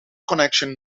connection